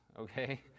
Okay